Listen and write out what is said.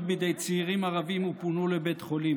בידי צעירים ערבים ופונו לבית חולים.